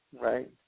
Right